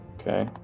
Okay